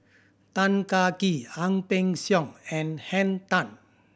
Tan Kah Kee Ang Peng Siong and Henn Tan